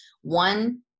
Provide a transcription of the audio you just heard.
one